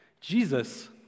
Jesus